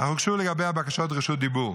אך הוגשו לגביה בקשות רשות דיבור.